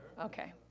Okay